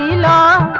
la